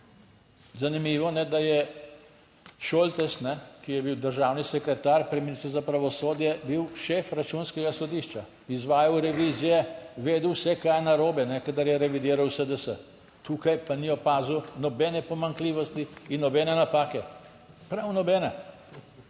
Zanimivo, da je Šoltes, ki je bil državni sekretar pri ministrstvu za pravosodje, bil šef Računskega sodišča, izvajal revizije, vedel vse kaj je narobe, kadar je revidiral SDS, tukaj pa ni opazil nobene pomanjkljivosti in nobene napake, prav nobene.